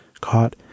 Caught